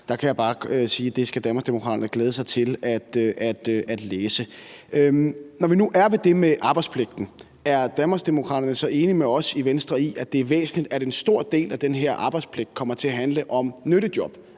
der kan jeg bare sige, at det skal Danmarksdemokraterne glæde sig til at læse. Når vi nu er ved det med arbejdspligten, er Danmarksdemokraterne så enige med os i Venstre i, at det er væsentligt, at en stor del af den her arbejdspligt kommer til at handle om nyttejob,